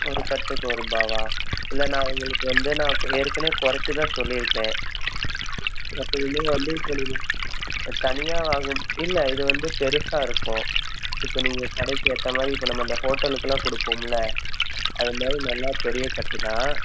ஒரு கட்டுக்கு ஒருரூபாவா இல்லை நான் உங்களுக்கு வந்து நான் ஏற்கனேவே கொறச்சு தான் சொல்லியிருக்கேன் எப்போயுமே வந்து இப்போ நீங்கள் தனியாக வாங்கும் இல்லை இது வந்து பெரிசா இருக்கும் இப்போ நீங்கள் கடைக்கு ஏற்ற மாதிரி இப்போ நம்ம இந்த ஹோட்டலுக்கெல்லாம் கொடுப்போமுல்ல அது மாதிரி நல்ல பெரிய கட்டு தான்